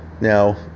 Now